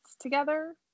together